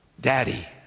daddy